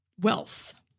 wealth